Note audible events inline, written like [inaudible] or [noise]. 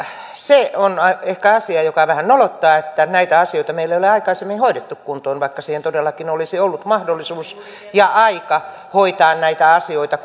se on ehkä asia joka vähän nolottaa että näitä asioita meillä ei ole aikaisemmin hoidettu kuntoon vaikka siihen todellakin olisi ollut mahdollisuus ja aikaa hoitaa näitä asioita [unintelligible]